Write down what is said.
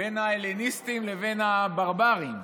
בין ההלניסטים לבין הברברים,